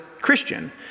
Christian